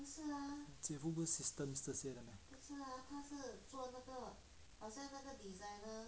姐夫不是 systems 这些的 meh